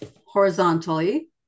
horizontally